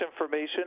information